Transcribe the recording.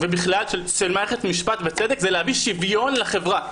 ובכלל של מערכת משפט וצדק, זה להביא שוויון לחברה.